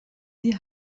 sie